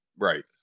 Right